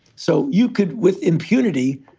so you could, with impunity,